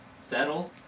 Settle